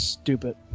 stupid